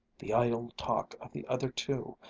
the idle talk of the other two,